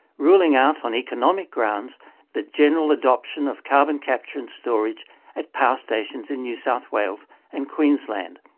ruling out on economic grounds the general adoption of carbon capture and storage at power stations in new south wales and queensland.